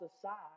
aside